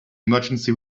emergency